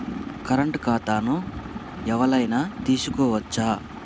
Current ఖాతాను ఎవలైనా తీసుకోవచ్చా?